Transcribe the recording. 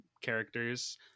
characters